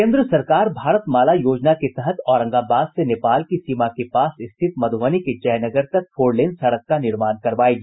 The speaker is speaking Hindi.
केन्द्र सरकार भारत माला योजना के तहत औरंगाबाद से नेपाल की सीमा के पास स्थित मधुबनी के जयनगर तक फोरलेन सड़क का निर्माण करवायेगी